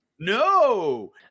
No